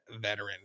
veteran